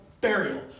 burial